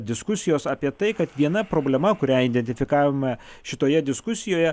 diskusijos apie tai kad viena problema kurią identifikavome šitoje diskusijoje